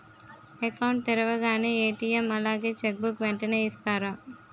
Account తెరవగానే ATM అలాగే cheque book వెంటనే ఇస్తారా?